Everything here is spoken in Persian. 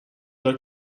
کار